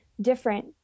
different